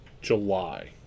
July